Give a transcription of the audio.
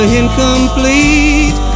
incomplete